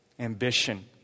Ambition